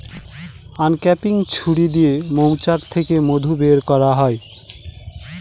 uncapping ছুরি দিয়ে মৌচাক থেকে মধু বের করা হয়